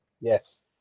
Yes